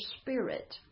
spirit